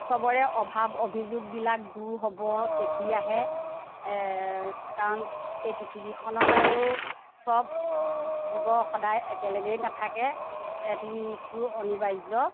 সবৰে অভাৱ অভিযোগবিলাক দূৰ হ'ব তেতিয়াহে কাৰণ এই পৃথিৱীখনত আৰু সব জীৱ সদায় একেলগেই নাথাকে এদিন মৃত্যু অনিবাৰ্য্য়